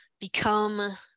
become